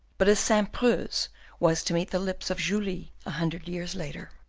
but as saint-preux's was to meet the lips of julie a hundred years later.